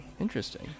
Interesting